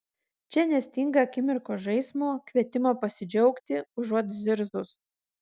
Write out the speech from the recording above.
čia nestinga akimirkos žaismo kvietimo pasidžiaugti užuot zirzus